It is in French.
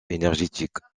énergétiques